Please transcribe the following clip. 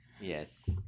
Yes